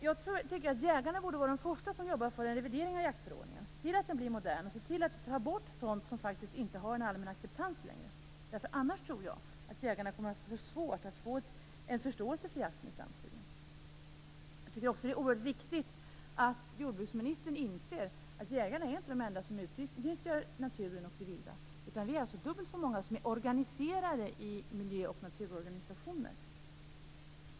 Jag tycker att jägarna borde vara de första som jobbar för en revidering av jaktförordningen, att se till att den blir modern och se till att ta bort sådant som inte längre har en allmän acceptans. Annars kommer jägarna att ha svårt att få förståelse för jakten i framtiden. Det är också oerhört viktigt att jordbruksministern inser att jägarna inte är de enda som utnyttjar naturen och det vilda, utan att vi alltså är dubbelt så många som är organiserade i miljö och naturorganisationer.